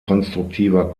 konstruktiver